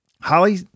Holly